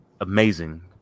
amazing